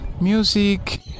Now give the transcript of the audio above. music